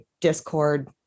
Discord